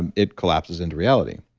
and it collapses into reality.